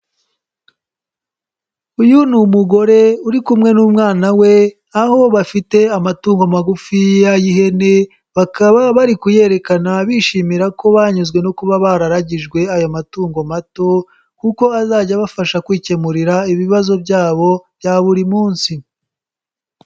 Uyu ni umugore uri kumwe n'umwana we, aho bafite amatungo magufiya y'ihene, bakaba bari kuyerekana, bishimira ko banyuzwe no kuba bararagijwe aya matungo mato kuko azajya abafasha kwikemurira ibibazo byabo bya buri munsi.